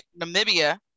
Namibia